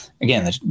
again